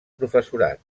professorat